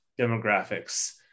demographics